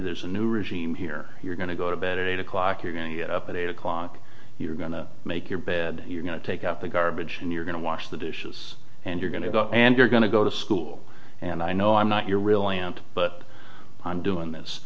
there's a new regime here you're going to go to bed at eight o'clock you're going to get up at eight o'clock you're going to make your bed you're going to take out the garbage and you're going to wash the dishes and you're going to go and you're going to go to school and i know i'm not your real aunt but i'm doing this